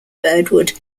birdwood